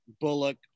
Bullock